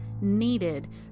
needed